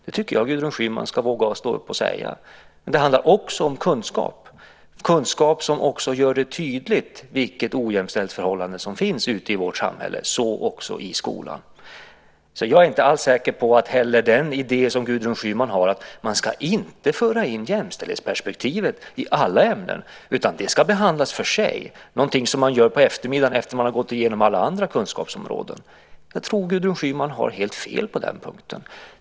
Det tycker jag att Gudrun Schyman ska våga stå upp och säga, men det handlar också om kunskap som gör det tydligt vilket ojämställdhetsförhållande som finns ute i vårt samhälle, så också i skolan. Gudrun Schyman har en idé om att man inte ska föra in jämställdhetsperspektivet i alla ämnen, utan det ska behandlas för sig. Det är någonting som man gör på eftermiddagen, efter det att man har gått igenom alla andra kunskapsområden. Jag tror Gudrun Schyman har helt fel på den punkten.